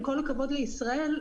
עם כל הכבוד לישראל,